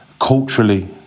culturally